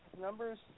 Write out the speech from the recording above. numbers –